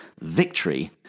victory